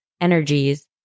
energies